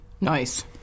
Nice